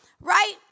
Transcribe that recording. right